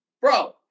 Bro